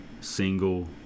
single